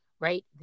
right